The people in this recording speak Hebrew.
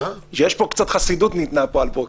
שקצת חסידות ניתנה פה הבוקר.